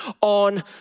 on